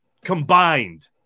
combined